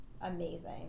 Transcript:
amazing